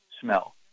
smell